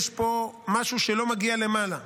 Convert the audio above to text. יש פה משהו שלא מגיע למעלה,